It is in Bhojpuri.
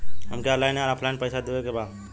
हमके ऑनलाइन या ऑफलाइन पैसा देवे के बा?